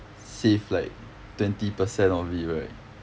save like twenty percent of it right